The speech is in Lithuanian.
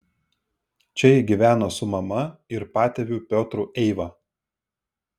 čia ji gyveno su mama ir patėviu piotru eiva